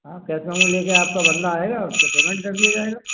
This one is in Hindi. हाँ कैसा हूँ ले कर आपका बंदा आएगा उसको पेमेंट कर दिया जाएगा